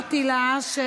אני אמרתי לה שסברתי.